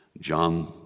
John